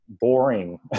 boring